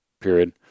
period